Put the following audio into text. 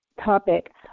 topic